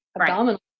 abdominal